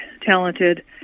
talented